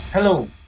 Hello